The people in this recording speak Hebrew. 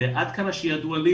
ועד כמה שידוע לי,